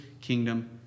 kingdom